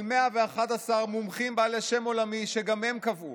של 111 מומחים בעלי שם עולמי, שגם הם קבעו